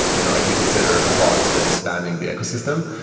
you know i'd be considered a bot that is spamming the ecosystem.